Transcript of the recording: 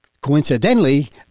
Coincidentally